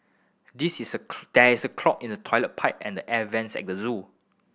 this is a there is a clog in the toilet pipe and air vents at the zoo